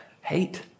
hate